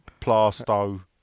Plasto